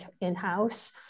in-house